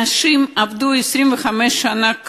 אנשים שעבדו 25 שנה כאן,